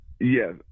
Yes